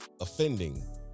offending